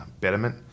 Betterment